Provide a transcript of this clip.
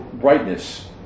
brightness